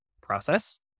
process